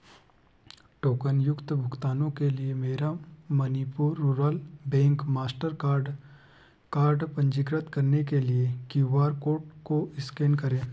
टोकनयुक्त भुगतानों के लिए मेरा Manipur rural bank Mastercard card पंजीकृत करने के लिए क्यू आर कोड को स्कैन करें